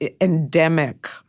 endemic